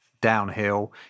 downhill